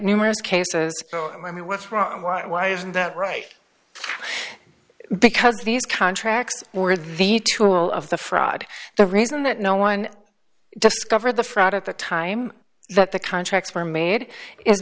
numerous cases i mean what's wrong why why isn't that right because these contracts were the tool of the fraud the reason that no one discovered the fraud at the time that the contracts were made i